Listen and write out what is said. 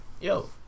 Yo